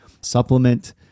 supplement